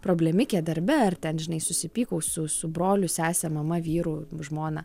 problemikė darbe ar ten žinai susipykau su su broliu sese mama vyru žmona